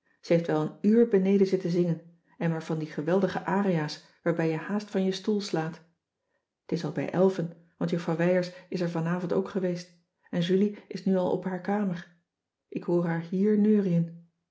ze heeft wel een uur beneden zitten zingen en maar van die geweldige arias waarbij je haast van je stoel slaat t is al bij elven want juffrouw wijers is er vanavond ook geweest en julie is nu al op haar kamer ik hoor haar hier neuriën